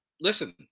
listen